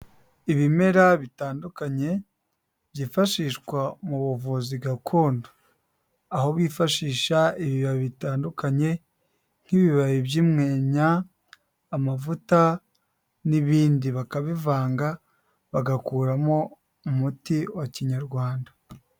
Ibimera bitandukanye byifashishwa mu buvuzi gakondo, aho bifashisha ibibabi bitandukanye nk'ibibabi by'umwenya, amavuta n'ibindi, bakabivanga bagakuramo umuti wa Kinyarwanda.